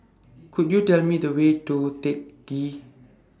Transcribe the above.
Could YOU Tell Me The Way to Teck Ghee